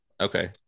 okay